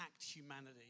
humanity